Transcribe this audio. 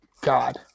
God